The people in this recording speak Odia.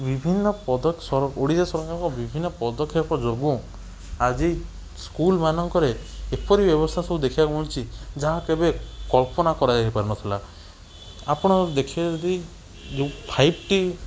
ବିଭିନ୍ନ ଓଡ଼ିଆ ସରକାରଙ୍କ ବିଭିନ୍ନ ପଦକ୍ଷେପ ଯୋଗୁଁ ଆଜି ସ୍କୁଲ ମାନଙ୍କରେ ଏପରି ବ୍ୟବସ୍ଥା ସବୁ ଦେଖିବାକୁ ମିଳୁଛି ଯାହା କେବେ କଳ୍ପନା କରାଯାଇ ପାରୁନଥିଲା ଆପଣ ଦେଖିବେ ଯଦି ଯେଉଁ ଫାଇପ୍ ଟି